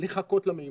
לחכות למימן,